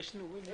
הישיבה